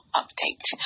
update